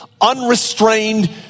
unrestrained